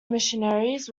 missionaries